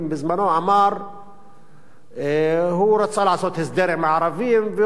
שהוא רצה לעשות הסדר עם הערבים והוא נשען על חברי הכנסת הערבים בכנסת,